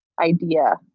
idea